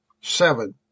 Seven